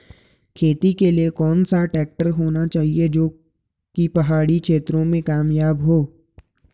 खेती के लिए कौन सा ट्रैक्टर होना चाहिए जो की पहाड़ी क्षेत्रों में कामयाब हो?